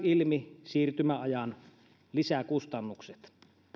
ilmi siirtymäajan lisäkustannukset